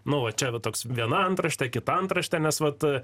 nu va čia va toks viena antraštė kita antrašte nes vat